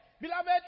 Beloved